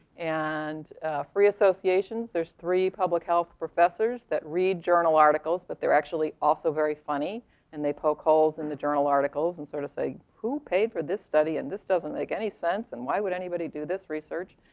and free associations, there's three public health professors that read journal articles. but they're actually also very funny and they poke holes in the journal articles and sort of say who paid for this study, and this doesn't make any sense, and why would anybody do this research.